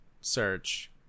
search